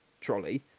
trolley